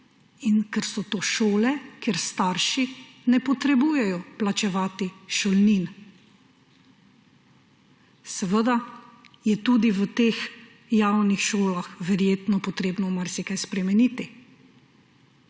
in ker so to šole, kjer staršem ni treba plačevati šolnin. Seveda je tudi v teh javnih šolah verjetno potrebno marsikaj spremeniti.